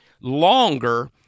longer